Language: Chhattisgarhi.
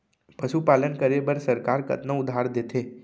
पशुपालन करे बर सरकार कतना उधार देथे?